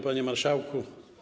Panie Marszałku!